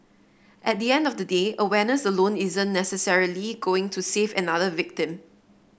at the end of the day awareness alone isn't necessarily going to save another victim